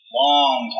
long